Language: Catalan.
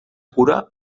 cura